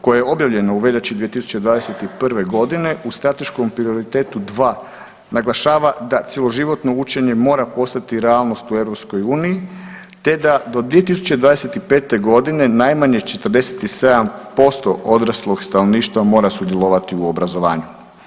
koje je objavljeno u veljači 2021. godine u strateškom prioritetu 2 naglašava da cjeloživotno učenje mora postati realnost u EU te da do 2025. godine najmanje 47% odraslog stanovništva mora sudjelovati u obrazovanju.